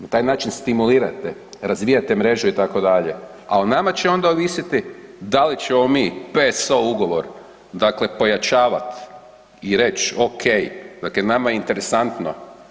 Na taj način stimulirate, razvijate mreže itd., a o nama će onda ovisiti da li ćemo mi PSO ugovor dakle pojačavat i reći ok, dakle nama je interesantno.